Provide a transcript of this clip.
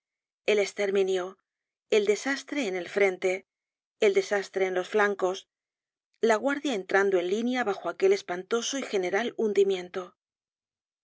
el esterminio el desastre en el frente el desastre en los flancos la guardia entrando en línea bajo aquel espantoso y general hundimiento